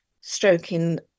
stroking